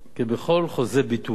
כבכל חוזה ביטוח,